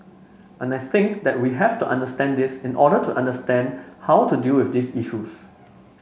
and I think that we have to understand this in order to understand how to deal with these issues